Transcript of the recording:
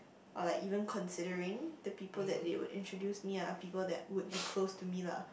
or like even considering the people that they would introduce me are people that would be close to me lah